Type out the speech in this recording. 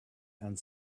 and